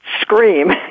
scream